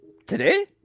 Today